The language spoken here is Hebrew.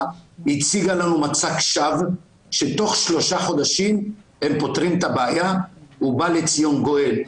והציגה לנו מצג שווא שתוך שלושה חודשים הם פותרים את הבעיה ובא לציון גואל.